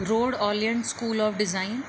rhode island school of design